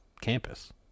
campus